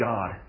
God